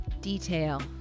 Detail